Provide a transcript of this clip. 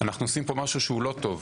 אנחנו עושים פה משהו שהוא לא טוב